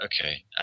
okay